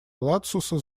ладсуса